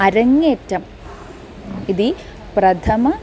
अरङ्ङेट्टं इति प्रथमं